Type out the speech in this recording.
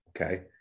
Okay